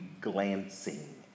glancing